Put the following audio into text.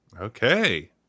Okay